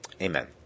amen